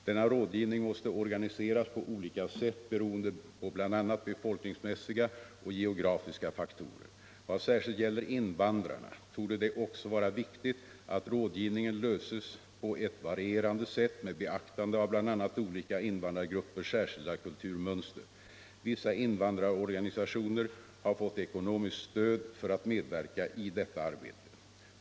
Denna rådgivning måste organiseras på olika sätt beroende på bl.a. befolkningsmässiga och geografiska faktorer. Vad särskilt gäller invandrarna torde det också vara viktigt att rådgivningen löses på ett varierat sätt med beaktande av bl.a. olika invandrargruppers skilda kulturmönster. Vissa invandrarorganisationer har fått ekonomiskt stöd för att medverka i detta arbete.